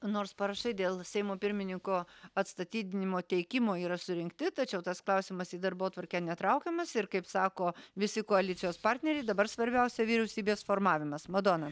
nors parašai dėl seimo pirmininko atstatydinimo teikimo yra surinkti tačiau tas klausimas į darbotvarkę netraukiamas ir kaip sako visi koalicijos partneriai dabar svarbiausia vyriausybės formavimas madona